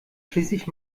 schließlich